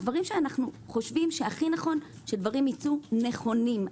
אנו חושבים שהכי נכון שדברים ייצאו נכונים.